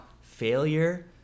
failure